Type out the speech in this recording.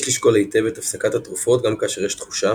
יש לשקול היטב את הפסקת התרופות גם כאשר יש תחושה,